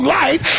life